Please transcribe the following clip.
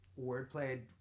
wordplay